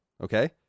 Okay